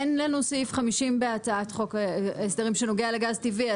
אין לנו סעיף 50 בהצעת חוק ההסדרים שנוגע לגז טבעי,